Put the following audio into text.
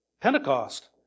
Pentecost